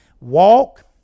walk